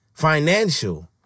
financial